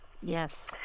Yes